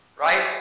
Right